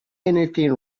anything